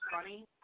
funny